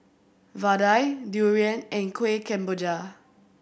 vadai durian and Kuih Kemboja